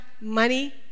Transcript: money